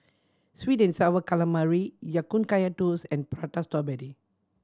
sweet and Sour Calamari Ya Kun Kaya Toast and Prata Strawberry